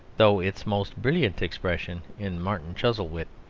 though its most brilliant expression in martin chuzzlewit,